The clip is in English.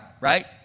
right